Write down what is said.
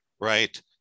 right